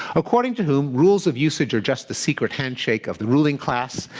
according to whom rules of usage are just the secret handshake of the ruling class,